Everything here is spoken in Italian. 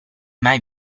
mai